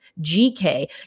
GK